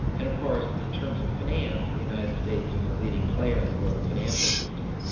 and of course in terms of finance, the united states was a leading player in the global financial system.